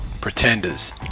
Pretenders